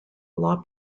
law